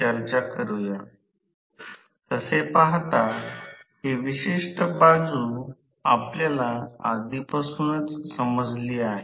समजा या वाहकाच्या वर कायमस्वरुपी चुंबक ठेवले आहे